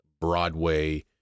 Broadway